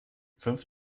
fünf